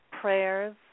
prayers